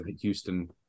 Houston